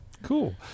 Cool